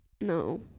no